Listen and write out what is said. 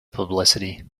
publicity